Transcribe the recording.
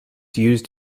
used